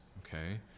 okay